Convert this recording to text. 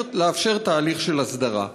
ולאפשר תהליך של הסדרה.